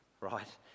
right